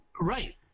Right